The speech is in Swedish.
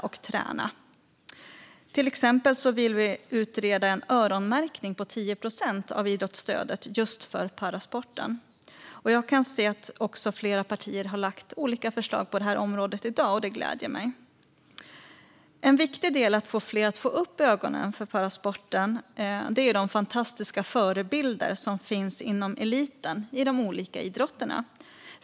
Vi vill till exempel utreda en öronmärkning på 10 procent av idrottsstödet för just parasport. Jag ser att flera partier har lagt fram förslag på området i dag, och det gläder mig. En viktig del i att få fler att få upp ögonen för parasporten är de fantastiska förebilder som finns inom eliten i de olika idrotterna.